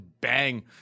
bang